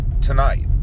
tonight